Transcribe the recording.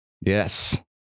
Yes